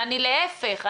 ואני להיפך,